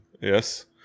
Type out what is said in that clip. yes